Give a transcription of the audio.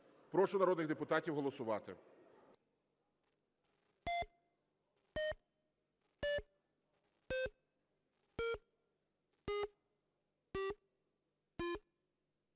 Прошу народних депутатів голосувати.